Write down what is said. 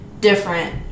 different